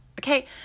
Okay